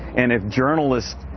and if journalists